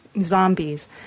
zombies